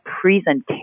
presentation